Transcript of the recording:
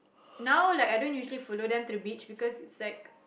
now like I don't usually follow them to the beach because it's like